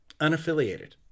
unaffiliated